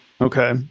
Okay